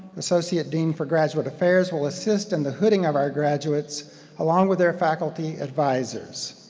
associate dean for graduate affairs will assist in the hooding of our graduates along with their faculty advisors.